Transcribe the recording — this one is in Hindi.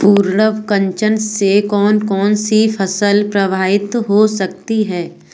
पर्ण कुंचन से कौन कौन सी फसल प्रभावित हो सकती है?